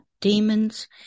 demons